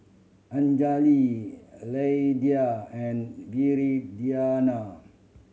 Anjali Lydia and Viridiana